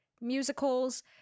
musicals